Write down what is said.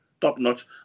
top-notch